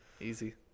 Easy